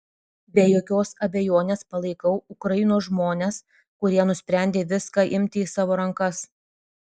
be jokios abejonės palaikau ukrainos žmones kurie nusprendė viską imti į savo rankas